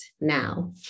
now